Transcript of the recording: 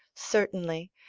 certainly,